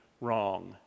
wrong